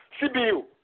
CBU